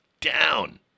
down